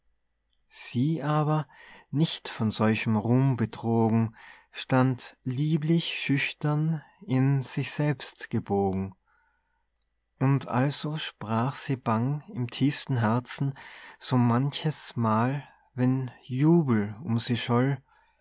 sie aber nicht von solchem ruhm betrogen stand lieblich schüchtern in sich selbst gebogen und also sprach sie bang im tiefsten herzen so manches mal wenn jubel um sie scholl